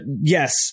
yes